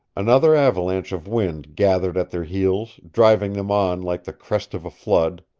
another avalanche of wind gathered at their heels, driving them on like the crest of a flood.